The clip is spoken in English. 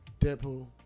Deadpool